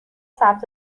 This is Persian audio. سبز